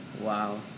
Wow